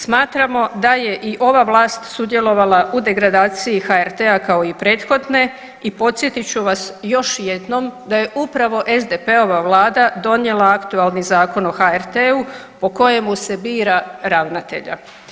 Smatramo da je i ova vlast sudjelovala u degradaciji HRT-a kao i prethodne i podsjetit ću vas još jednom da je upravo SDP-ova vlada donijela aktualni Zakon o HRT-u po kojemu se bira ravnatelja.